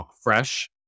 fresh